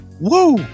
Woo